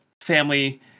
family